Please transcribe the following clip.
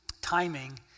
timing